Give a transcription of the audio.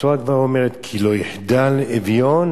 התורה אומרת: "כי לא יחדל אביון